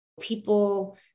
people